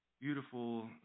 Beautiful